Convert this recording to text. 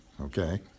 okay